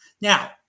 Now